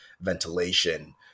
ventilation